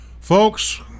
folks